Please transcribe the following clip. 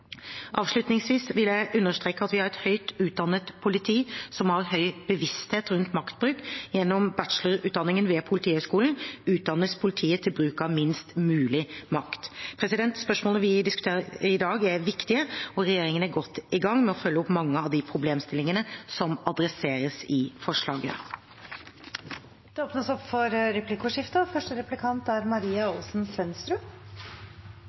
Avslutningsvis vil jeg understreke at vi har et høyt utdannet politi som har høy bevissthet rundt maktbruk. Gjennom bachelorutdanningen ved Politihøgskolen utdannes politiet til bruk av minst mulig makt. Spørsmålene vi diskuterer i dag, er viktige, og regjeringen er godt i gang med å følge opp mange av de problemstillingene som adresseres i forslaget. Det blir replikkordskifte.